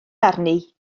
arni